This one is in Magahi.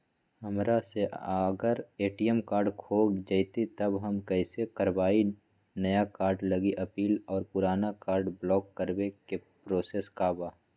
हमरा से अगर ए.टी.एम कार्ड खो जतई तब हम कईसे करवाई नया कार्ड लागी अपील और पुराना कार्ड ब्लॉक करावे के प्रोसेस का बा?